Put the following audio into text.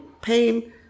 pain